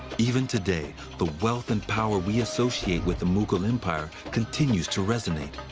even today, the wealth and power we associate with the mughal empire continues to resonate.